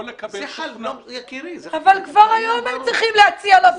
לקבל --- אבל כבר היום הם צריכים להציע לו,